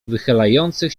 wychylających